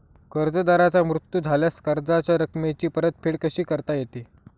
कर्जदाराचा मृत्यू झाल्यास कर्जाच्या रकमेची परतफेड कशी करता येते?